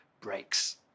breaks